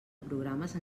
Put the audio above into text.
programes